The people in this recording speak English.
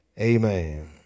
Amen